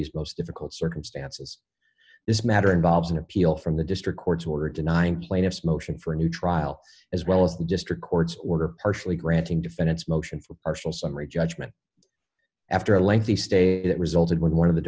these most difficult circumstances this matter involves an appeal from the district court's order denying plaintiff's motion for a new trial as well as the district court's order partially granting defendant's motion a partial summary judgment after a lengthy stay that resulted when one of the